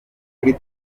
kuri